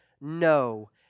No